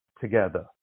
together